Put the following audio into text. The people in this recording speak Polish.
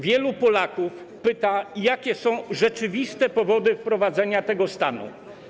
Wielu Polaków pyta, jakie są rzeczywiste powody wprowadzenia tego stanu.